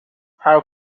how